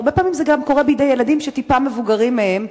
והרבה פעמים זה קורה גם בידי ילדים מעט מבוגרים מהם,